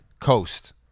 Coast